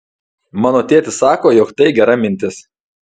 mano tėtis sako jog tai gera mintis